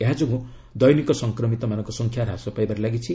ଏହାଯୋଗୁଁ ଦୈନିକ ସଂକ୍ରମିତମାନଙ୍କ ସଂଖ୍ୟା ହ୍ରାସ ପାଇବାରେ ଲାଗିଛି